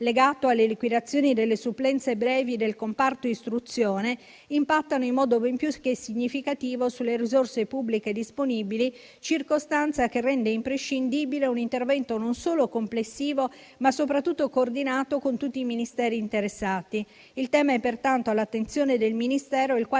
legato alle liquidazioni delle supplenze brevi del comparto istruzione, impattano in modo ben più che significativo sulle risorse pubbliche disponibili, circostanza che rende imprescindibile un intervento non solo complessivo, ma soprattutto coordinato con tutti i Ministeri interessati. Il tema è pertanto all'attenzione del Ministero, il quale